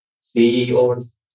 CEOs